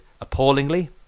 appallingly